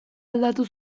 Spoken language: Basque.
aldatu